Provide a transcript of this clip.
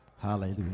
Hallelujah